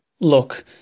Look